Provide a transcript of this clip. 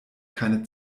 keine